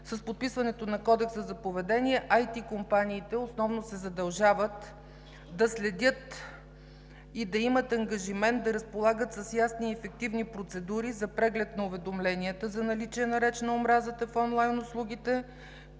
С подписването на Кодекса за поведение IT компаниите основно се задължават да следят и да имат ангажимент да разполагат с ясни и ефективни процедури за преглед на уведомленията за наличие на реч на омразата в онлайн услугите,